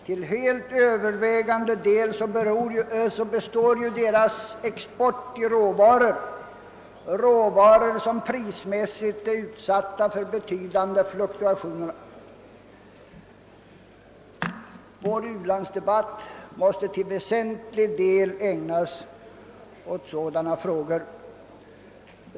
Till helt övervägande del består deras export av råvaror, som prismässigt är utsatta för betydande fluktuationer. Vår u-landsdebatt måste till väsentlig del ägnas åt dessa frågor.